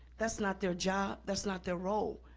that's not their job, that's not their role.